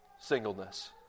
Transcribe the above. singleness